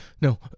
No